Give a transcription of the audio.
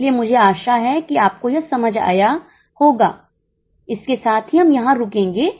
इसलिए मुझे आशा है कि आपको यह समझ आया होगा इसके साथ ही हम यहां रुकेंगे